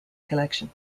collection